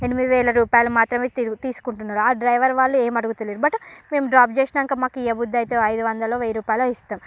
ఎనిమిది వేల రూపాయలు మాత్రమే తిరిగి తీసుకుంటున్నారు ఆ డ్రైవర్ వాళ్ళు ఏం అడుగుటలేరు బట్ మేమ్ డ్రాప్ చేసినాక మాకివ్వబుద్దైతే ఐదు వందలో వెయ్యి రూపాయలో ఇస్తాం